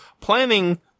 planning